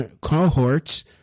Cohorts